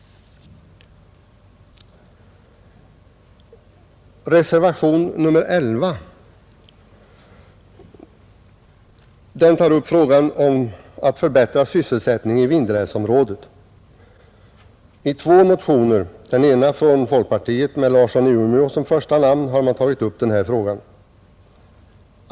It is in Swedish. Reservationen 11 tar upp frågan om att förbättra sysselsättningen i Vindelälvsområdet. I två motioner — den ena från folkpartiet med herr Larsson i Umeå som första namn — har man aktualiserat den här frågan.